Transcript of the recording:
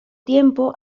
tiempo